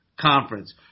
conference